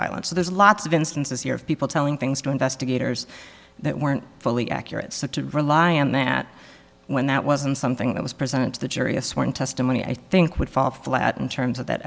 violence so there's lots of instances here of people telling things to investigators that weren't fully accurate so to rely on that when that wasn't something that was presented to the jury a sworn testimony i think would fall flat in terms of that